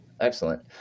Excellent